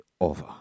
over